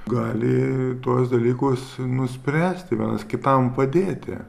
gali tuos dalykus nuspręsti vienas kitam padėti